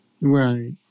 Right